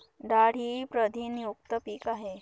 डाळ ही प्रथिनयुक्त पीक आहे